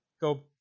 go